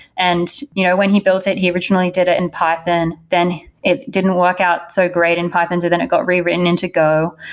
and you know when he built it, he originally did it in python, then it didn't work out so great in python, so then it got rewritten into go,